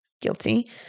Guilty